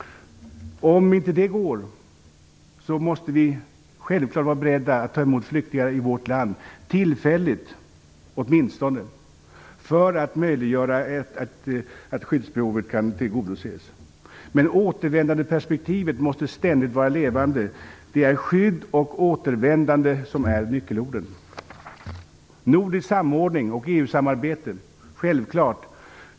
Om inte heller det går, måste vi självfallet vara beredda att ta emot flyktingar i vårt land, åtminstone tillfälligt, för att möjliggöra att skyddsbehovet tillgodoses. Men återvändandeperspektivet måste ständigt vara levande. Det är skydd och återvändande som är nyckelorden. Nordisk samordning och EU-samarbete - självfallet.